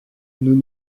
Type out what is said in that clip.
nous